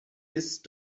ist